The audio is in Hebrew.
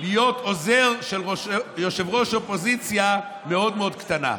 להיות עוזר של יושב-ראש אופוזיציה מאוד מאוד קטנה.